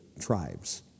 tribes